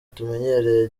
tumenyereye